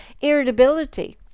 irritability